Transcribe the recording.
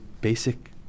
basic